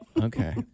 Okay